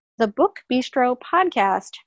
thebookbistropodcast